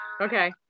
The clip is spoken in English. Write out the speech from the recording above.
Okay